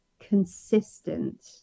consistent